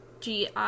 GI